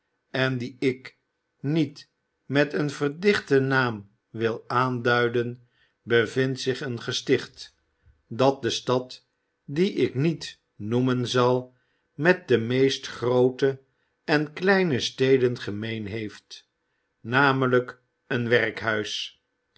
en die ik niet met een verdichten naam wil aanduiden bevindt zich een gesticht dat de stad die ik niet noemen zal met de meeste groote en kleine steden gemeen heeft namelijk een werkhuis